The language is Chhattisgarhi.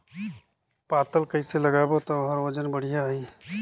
पातल कइसे लगाबो ता ओहार वजन बेडिया आही?